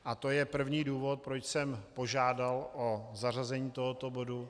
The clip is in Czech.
A to je první důvod, proč jsem požádal o zařazení tohoto bodu.